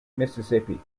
mississippi